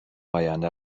آینده